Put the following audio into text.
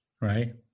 right